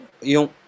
Yung